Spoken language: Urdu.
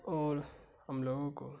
اور ہم لوگوں کو